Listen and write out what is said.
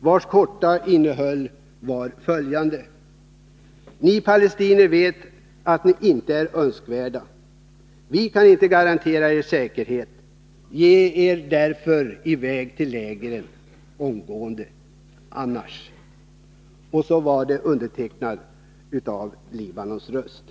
Det korta innehållet var följande: Ni palestinier vet att ni inte är önskvärda. Vi kan inte garantera er säkerhet. Ge er därför omedelbart i väg till lägren — annars. Flygbladen var undertecknade av Libanons röst.